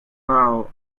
now